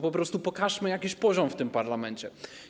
Po prostu pokażmy jakiś poziom w tym parlamencie.